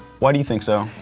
why do you think so?